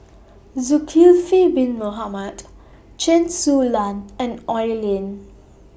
Zulkifli Bin Mohamed Chen Su Lan and Oi Lin